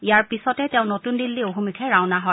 ইয়াৰ পিছতেই তেওঁ নতুন দিল্লী অভিমুখে ৰাওনা হয়